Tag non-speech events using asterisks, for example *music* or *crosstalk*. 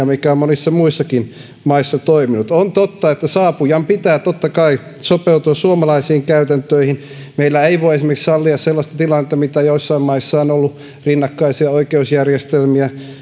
*unintelligible* mikä on monissa muissakin maissa toiminut on totta että saapujan pitää totta kai sopeutua suomalaisiin käytäntöihin meillä ei voi sallia esimerkiksi sellaista tilannetta mitä joissain maissa on ollut rinnakkaisia oikeusjärjestelmiä